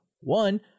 One